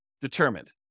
determined